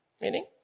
Meaning